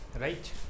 right